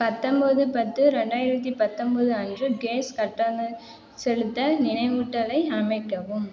பத்தொம்பது பத்து ரெண்டாயிரத்து பத்தொம்பது அன்று கேஸ் கட்டணம் செலுத்த நினைவூட்டலை அமைக்கவும்